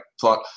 thought